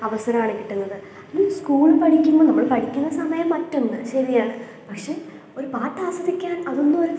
അവസരമാണ് കിട്ടുന്നത് അത് സ്കൂളിൽ പഠിക്കുമ്പോൾ നമ്മൾ പഠിക്കുന്ന സമയം മറ്റൊന്ന് ശരിയാണ് പക്ഷേ ഒരു പാട്ടാസ്വദിക്കാൻ അതൊന്നുമൊരു